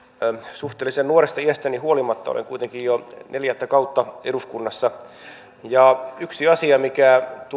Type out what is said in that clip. suhteellisen nuoresta iästäni huolimatta olen kuitenkin jo neljättä kautta eduskunnassa ja yksi asia mikä